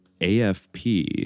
AFP